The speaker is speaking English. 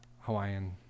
Hawaiian